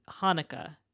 hanukkah